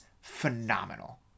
phenomenal